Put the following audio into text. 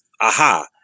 aha